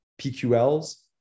PQLs